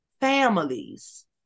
families